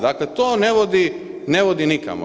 Dakle to ne vodi nikamo.